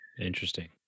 Interesting